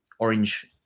Orange